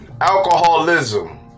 Alcoholism